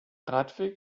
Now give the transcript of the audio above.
radweg